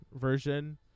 version